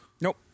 Nope